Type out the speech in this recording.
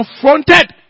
confronted